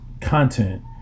content